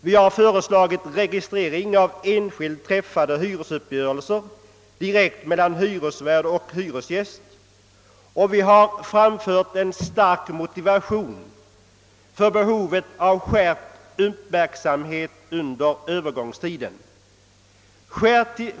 Vi har föreslagit registrering av enskilt träffade hyresuppgörelser direkt mellan husvärd och hyresgäst, och vi har framfört en stark motivering för behovet av skärpt uppmärksamhet under Öövergångstiden.